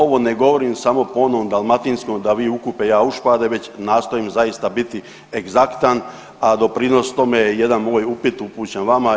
Ovo ne govorim samo po onom dalmatinskom da vi u kupe, ja u špade već nastojim zaista biti egzaktan, a doprinos tome je jedan moj upit upućen vama.